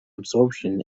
absorption